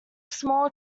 small